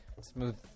Smooth